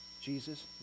Jesus